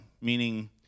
meaning